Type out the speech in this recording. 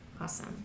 Awesome